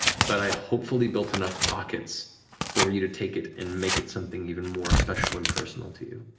but i hopefully built enough pockets for you to take it and make it something even more special and personal to you.